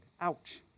ouch